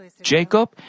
Jacob